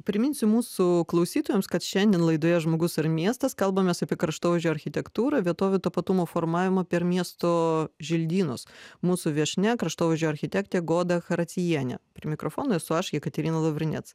priminsiu mūsų klausytojams kad šiandien laidoje žmogus ir miestas kalbamės apie kraštovaizdžio architektūrą vietovių tapatumo formavimą per miesto želdynus mūsų viešnia kraštovaizdžio architektė goda characiejienė prie mikrofono esu aš jekaterina lavrinec